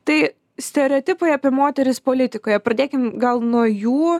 tai stereotipai apie moteris politikoje pradėkim gal nuo jų